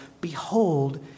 Behold